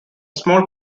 small